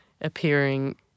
appearing